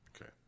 Okay